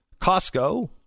Costco